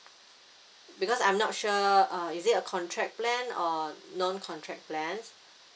because I'm not sure uh is it a contract plan or non-contract plans